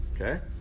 okay